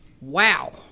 Wow